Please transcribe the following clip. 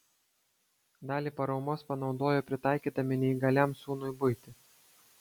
dalį paramos panaudojo pritaikydami neįgaliam sūnui buitį